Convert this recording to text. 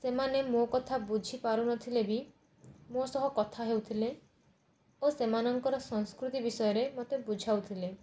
ସେମାନେ ମୋ କଥା ବୁଝିପାରୁ ନଥିଲେ ବି ମୋ ସହ କଥା ହେଉଥିଲେ ଓ ସେମାନଙ୍କର ସଂସ୍କୃତି ବିଷୟରେ ମୋତେ ବୁଝାଉଥିଲେ